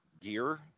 gear